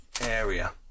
area